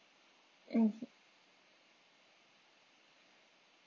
mmhmm